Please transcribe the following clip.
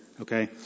okay